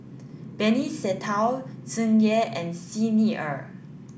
Benny Se Teo Tsung Yeh and Xi Ni Er